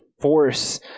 force